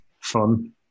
fun